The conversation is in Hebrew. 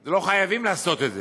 לא חייבים לעשות את זה,